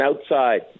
outside